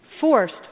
forced